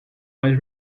was